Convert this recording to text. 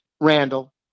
Randall